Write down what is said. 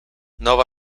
nova